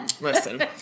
Listen